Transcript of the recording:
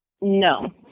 No